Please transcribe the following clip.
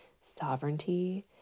sovereignty